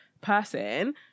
person